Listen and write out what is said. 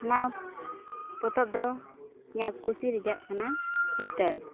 ᱚᱱᱟ ᱯᱚᱛᱚᱵ ᱫᱚ ᱤᱧᱟᱹᱜ ᱠᱩᱥᱤ ᱨᱮᱭᱟᱜ ᱠᱟᱱᱟ ᱦᱤᱛᱟᱹᱞ